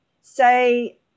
say